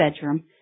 bedroom